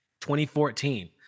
2014